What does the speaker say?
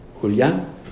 Julian